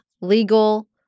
legal